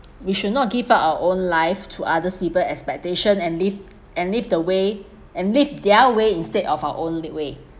we should not give up our own life to others people's expectation and live and live the way and make their way instead of our own that way